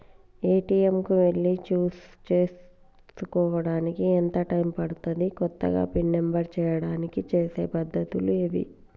ATM కు వెళ్లి చేసుకోవడానికి ఎంత టైం పడుతది? కొత్తగా పిన్ నంబర్ చేయడానికి చేసే పద్ధతులు ఏవి?